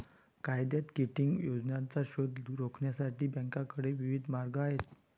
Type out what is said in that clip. कायद्यात किटिंग योजनांचा शोध रोखण्यासाठी बँकांकडे विविध मार्ग आहेत